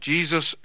Jesus